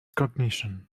cognition